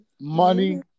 money